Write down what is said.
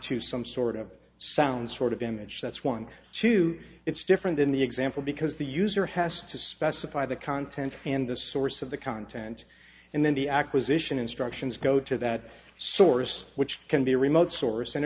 to some sort of sound sort of image that's one too it's different than the example because the user has to specify the content and the source of the content and then the acquisition instructions go to that source which can be remote source and